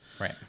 Right